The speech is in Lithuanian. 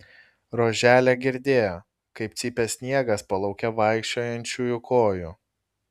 roželė girdėjo kaip cypė sniegas po lauke vaikščiojančiųjų kojų